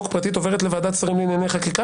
פרטית עוברת לוועדת שרים לענייני חקיקה.